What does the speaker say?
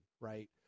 right